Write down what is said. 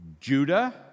Judah